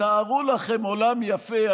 תתארו לכם עולם יפה.